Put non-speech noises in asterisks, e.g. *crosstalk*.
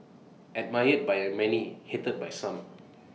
admired by many hated by some *noise*